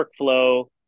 workflow